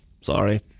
Sorry